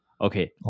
Okay